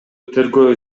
тергөө